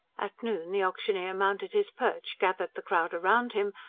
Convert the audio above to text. at noon the auctioneer mounted his perch, gathered the crowd round him,